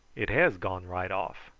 it has gone right off.